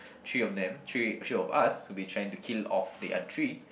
three of them three three of us would be trying to kill off the other three